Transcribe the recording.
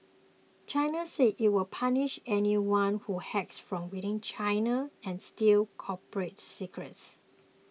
China says it will punish anyone who hacks from within China or steals corporate secrets